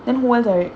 then who want direct